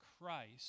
Christ